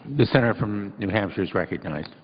the senator from new hampshire is recognized.